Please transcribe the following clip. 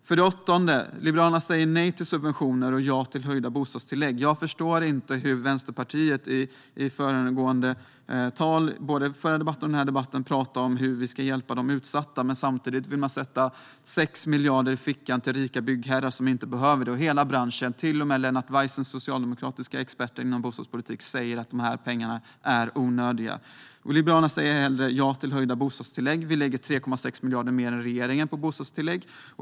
För det åttonde: Liberalerna säger nej till subventioner och ja till höjda bostadstillägg. Jag förstår inte hur Vänsterpartiet både i den förra debatten och i denna debatt kan tala om hur vi ska hjälpa de utsatta men samtidigt vill lägga 6 miljarder i fickorna på rika byggherrar som inte behöver dem. Hela branschen, till och med den socialdemokratiska experten inom bostadspolitik Lennart Weiss, säger att dessa pengar är onödiga. Liberalerna säger hellre ja till höjda bostadstillägg. Vi lägger 3,6 miljarder mer än regeringen på bostadstillägg.